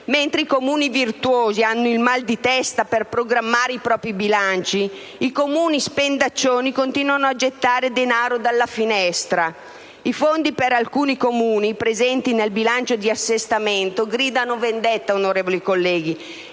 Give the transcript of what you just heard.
mentre i Comuni virtuosi hanno il mal di testa per programmare i propri bilanci, quelli spendaccioni continuano a gettare denaro dalla finestra. I fondi per alcuni Comuni, presenti nel bilancio di assestamento, gridano vendetta, onorevoli colleghi,